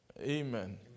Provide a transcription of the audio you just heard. Amen